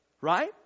Right